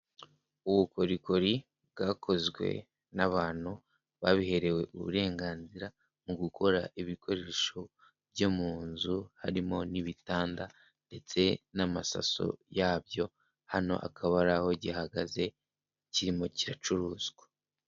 Ubukorikori bwakozwe n'abantu babiherewe uburenganzira mu gukora ibikoresho byo mu nzu, harimo n'ibitanda ndetse n'amasaso yabyo. Hano akaba ari aho gihagaze kirimo kiracuruzwa.